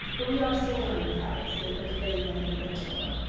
but we are still learning about it. so every day, we want a little bit more.